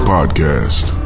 Podcast